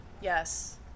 yes